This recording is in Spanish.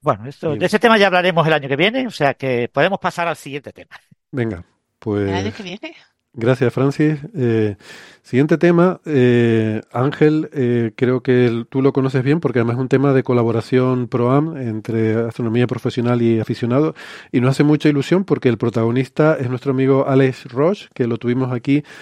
Bueno, esto- Bien. de ese tema ya hablaremos el año que viene, o sea que podemos pasar al siguiente tema. Venga, ¿El pues- año que viene? Gracias, Francis. Eh, siguiente tema, eh, Ángel, eh, creo que el- tú lo conoces bien, porque además es un tema de colaboración pro-am entre astronomía profesional y aficionado, y nos hace mucha ilusión porque el protagonista es nuestro amigo Alex Roche, que lo tuvimos aquí